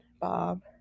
Bob